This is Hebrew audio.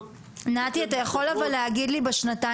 אשמח שתישאר להמשך הדיון במידה ונעלה עוד שאלות.